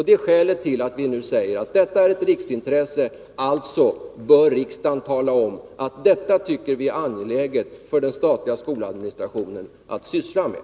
Det är skälet till att vi säger att detta är ett riksintresse, alltså bör riksdagen tala om att detta tycker vi är angeläget för den statliga skoladministrationen att syssla med.